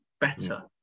better